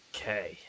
Okay